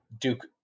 Duke